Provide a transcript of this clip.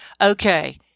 Okay